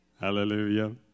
Hallelujah